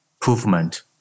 improvement